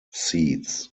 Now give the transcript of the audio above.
seeds